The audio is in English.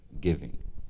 Giving